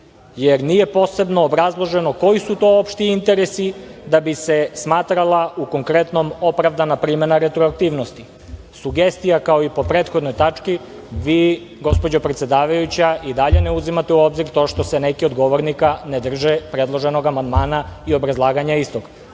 jer nije posebno obrazloženo koji su to opšti interesi da bi se smatrala u konkretnom opravdana primena retroaktivnosti. Sugestija, kao i po prethodnoj tački. Vi, gospođo predsedavajuća, i dalje ne uzimate u obzir to što se neki od govornika ne drži predloženog amandmana i obrazlaganja istog.